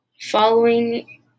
following